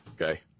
Okay